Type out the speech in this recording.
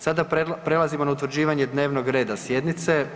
Sada prelazimo na utvrđivanje dnevnog reda sjednice.